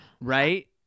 right